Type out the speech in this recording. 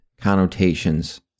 connotations